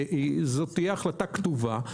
זו תהיה החלטה כתובה.